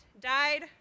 died